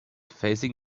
facing